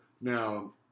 now